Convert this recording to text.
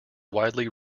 widely